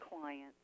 clients